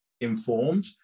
informed